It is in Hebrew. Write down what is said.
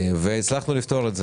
והצלחנו לפתור את זה.